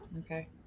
Okay